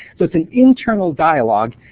so it's an internal dialogue,